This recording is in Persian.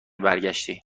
برگشتی